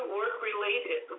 work-related